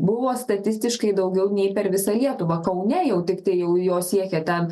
buvo statistiškai daugiau nei per visą lietuvą kaune jau tiktai jau jos siekė ten